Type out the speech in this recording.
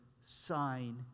sign